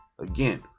again